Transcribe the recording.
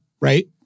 right